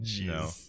no